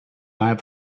time